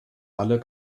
alle